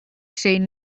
seen